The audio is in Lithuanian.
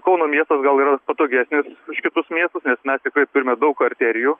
kauno miestas gal yra patogesnis už kitus miestus nes mes tikrai turime daug arterijų